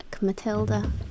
Matilda